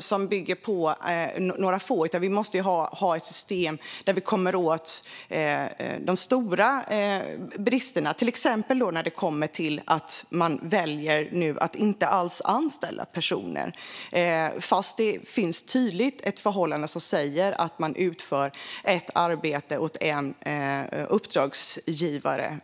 som bygger på några få, herr talman, utan vi måste ha ett system där vi kommer åt de stora bristerna. Det gäller till exempel att man väljer att inte anställa personer trots att det finns ett förhållande där det tydligt framgår att de utför ett arbete åt en uppdragsgivare.